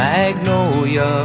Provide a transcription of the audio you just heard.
Magnolia